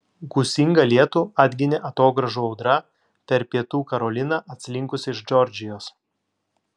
gūsingą lietų atginė atogrąžų audra per pietų karoliną atslinkusi iš džordžijos